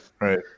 Right